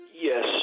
Yes